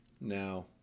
Now